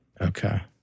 Okay